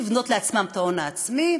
לבנות לעצמם את ההון העצמי,